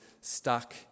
stuck